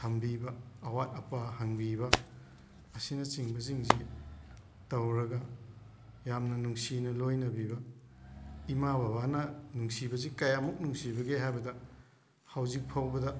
ꯊꯝꯕꯤꯕ ꯑꯋꯥꯠ ꯑꯄꯥ ꯍꯪꯕꯤꯕ ꯑꯁꯤꯅ ꯆꯤꯡꯕꯁꯤꯡꯁꯤ ꯇꯧꯔꯒ ꯌꯥꯝꯅ ꯅꯨꯡꯁꯤꯅ ꯂꯣꯏꯅꯕꯤꯕ ꯏꯃꯥ ꯕꯥꯕꯅ ꯅꯨꯡꯁꯤꯕꯁꯤ ꯀꯌꯥꯝꯃꯨꯛ ꯅꯨꯡꯁꯤꯕꯒꯦ ꯍꯥꯏꯕꯗ ꯍꯧꯖꯤꯛꯐꯥꯎꯕꯗ